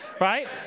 Right